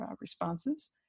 responses